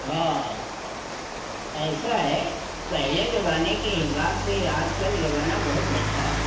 हाँ ऐसा है पहले जमाने के हिसाब से आज कल जमाना बहुत बढ़िया है